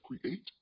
create